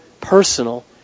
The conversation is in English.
personal